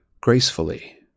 gracefully